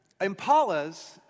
Impalas